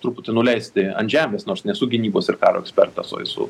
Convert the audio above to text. truputį nuleisti ant žemės nors nesu gynybos ir karo ekspertas o esu